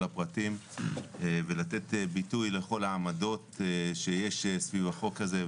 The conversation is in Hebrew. הפרטים ולתת ביטוי לכל העמדות שיש סביב החוק הזה.